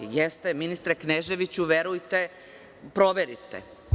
Jeste, ministre Kneževiću, verujte, proverite.